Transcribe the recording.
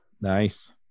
Nice